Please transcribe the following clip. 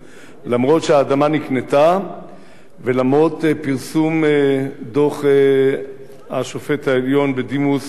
אף שהאדמה נקנתה ולמרות פרסום דוח שופט בית-המשפט העליון בדימוס לוי.